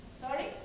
Sorry